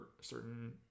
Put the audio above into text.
certain